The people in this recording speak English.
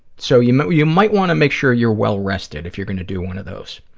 so you might you might want to make sure you're well rested if you're going to do one of those.